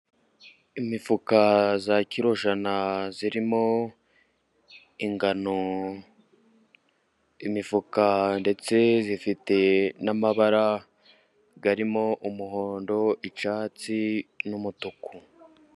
Imifuka za kirojana zirimo ingano， imifuka ndetse ifite n'amabara arimo umuhondo， icyatsi n'umutuku.